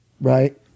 right